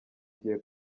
gihe